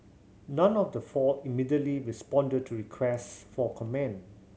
none of the four immediately responded to request for comment